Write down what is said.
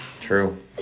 True